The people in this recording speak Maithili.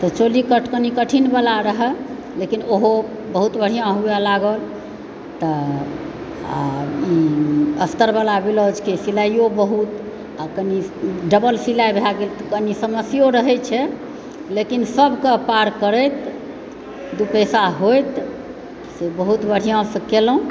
तऽ चोली कट कनि कठिन वाला रहै लेकिन ओहो बहुत बढ़िआँ होअ लागल तऽ आ इ स्तर वाला ब्लाउजके सिलाइओ बहुत आ कनि डबल सिलाई भए गेल त कनि समस्यो रहैत छै लेकिन सभकेँ पार करैत दू पैसा होइत से बहुत बढ़िआँसँ केलहुँ